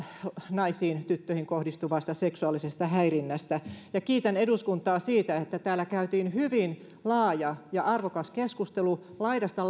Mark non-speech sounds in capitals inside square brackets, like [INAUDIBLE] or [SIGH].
naisiin tyttöihin kohdistuvasta seksuaalisesta häirinnästä ja kiitän eduskuntaa siitä että täällä käytiin hyvin laaja ja arvokas keskustelu laidasta [UNINTELLIGIBLE]